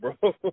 bro